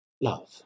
love